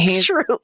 True